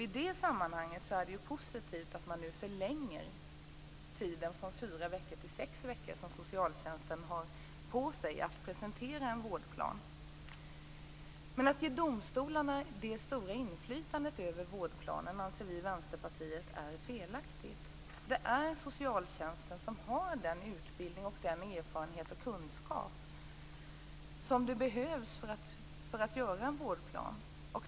I det sammanhanget är det positivt att den tid som socialtjänsten har på sig för att presentera en vårdplan nu förlängs från fyra till sex veckor. Att ge domstolarna ett så stort inflytande över vårdplanen anser vi i Vänsterpartiet är fel. Det är socialtjänsten som har den utbildning, den erfarenhet och den kunskap som behövs för att göra en vårdplan.